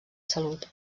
salut